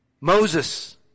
Moses